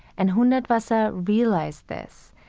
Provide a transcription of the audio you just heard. and hundertwasser realizes this.